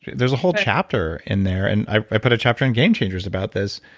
there's a whole chapter in there and i put a chapter in game changers about this.